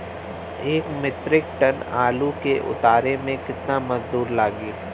एक metric ton आलू के उतारे मे कितना मजदूर लागि?